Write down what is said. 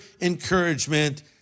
Encouragement